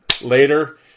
later